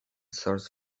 source